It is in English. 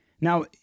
Now